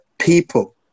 people